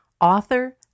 author